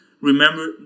Remember